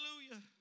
Hallelujah